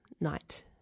night